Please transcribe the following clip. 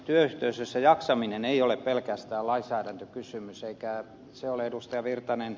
työyhteisössä jaksaminen ei ole pelkästään lainsäädäntökysymys eikä se ole ed